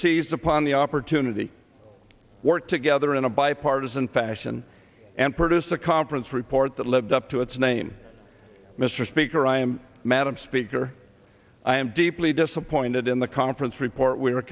seized upon the opportunity to work together in a bipartisan fashion and produce a conference report that lived up to its name mr speaker i am madam speaker i am deeply disappointed in the conference report we are